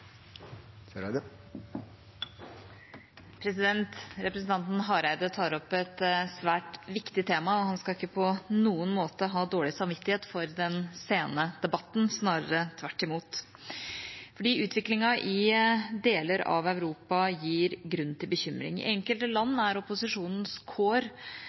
sikt. Representanten Hareide tar opp et svært viktig tema – og han skal ikke på noen måte ha dårlig samvittighet for den sene debatten, snarere tvert imot – for utviklingen i deler av Europa gir grunn til bekymring. I enkelte land er opposisjonens kår